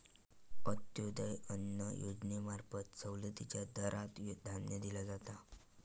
अंत्योदय अन्न योजनेंमार्फत सवलतीच्या दरात धान्य दिला जाता